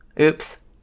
Oops